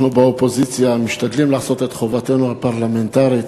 אנחנו באופוזיציה משתדלים לעשות את חובתנו הפרלמנטרית,